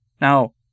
Now